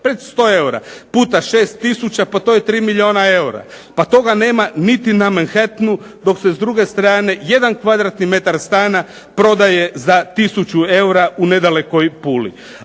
eura, 500 eura puta 6 tisuća, pa to je 3 milijuna eura. Pa toga nema niti na Manhattanu, dok se s druge strane jedan kvadratni metar stana prodaje za tisuću eura u nedalekoj Puli.